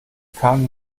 kann